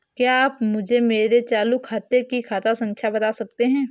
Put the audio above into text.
क्या आप मुझे मेरे चालू खाते की खाता संख्या बता सकते हैं?